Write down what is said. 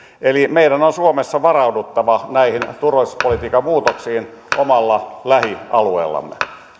eli meidän on suomessa varauduttava näihin turvallisuuspolitiikan muutoksiin omalla lähialueellamme